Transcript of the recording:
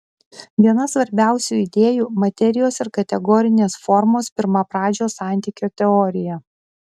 viena svarbiausių idėjų materijos ir kategorinės formos pirmapradžio santykio teorija